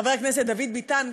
חבר הכנסת דוד ביטן,